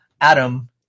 Adam